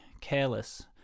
careless